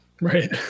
Right